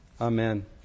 Amen